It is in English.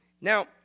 Now